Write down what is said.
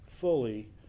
fully